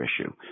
issue